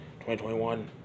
2021